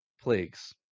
plagues